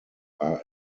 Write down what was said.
are